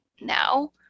now